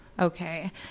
Okay